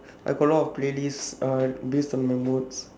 I got a lot of playlist uh based on my moods